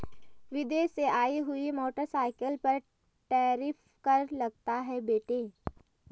विदेश से आई हुई मोटरसाइकिल पर टैरिफ कर लगता है बेटे